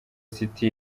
city